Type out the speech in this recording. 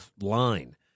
line